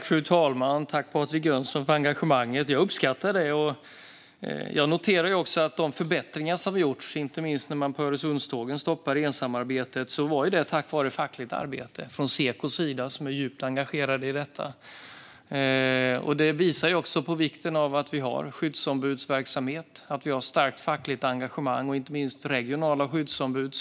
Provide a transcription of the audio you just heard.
Fru talman! Tack, Patrik Jönsson, för engagemanget! Jag uppskattar det. Jag noterar att de förbättringar som har gjorts, inte minst när man på Öresundstågen stoppade ensamarbetet, har skett tack vare fackligt arbete från Sekos sida. Där är man djupt engagerade i frågan. Det visar på vikten av att vi har skyddsombudsverksamhet, ett starkt fackligt engagemang och inte minst regionala skyddsombud.